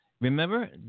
Remember